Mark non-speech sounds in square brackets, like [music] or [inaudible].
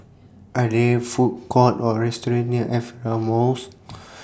Are There Food Courts Or restaurants near Aperia Mall [noise]